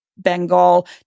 Bengal